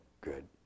good